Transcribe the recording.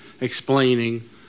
explaining